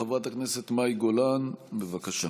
חברת הכנסת מאי גולן, בבקשה.